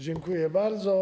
Dziękuję bardzo.